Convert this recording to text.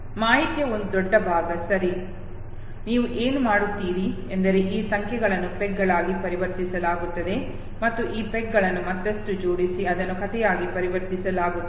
ಮಾಹಿತಿಯ ಒಂದು ದೊಡ್ಡ ಭಾಗ ಸರಿ ನೀವು ಏನು ಮಾಡುತ್ತೀರಿ ಎಂದರೆ ಈ ಸಂಖ್ಯೆಗಳನ್ನು ಪೆಗ್ಗಳಾಗಿ ಪರಿವರ್ತಿಸಲಾಗುತ್ತದೆ ಮತ್ತು ಈ ಪೆಗ್ಗಳನ್ನು ಮತ್ತಷ್ಟು ಜೋಡಿಸಿ ಅದನ್ನು ಕಥೆಯಾಗಿ ಪರಿವರ್ತಿಸಲಾಗುತ್ತದೆ